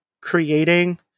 creating